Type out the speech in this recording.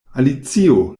alicio